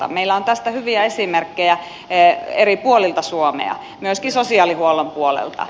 meillä on tästä hyviä esimerkkejä eri puolilta suomea myöskin sosiaalihuollon puolelta